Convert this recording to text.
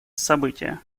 событие